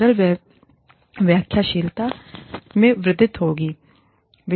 सरलता व्याख्याशीलता में वृद्धि होगी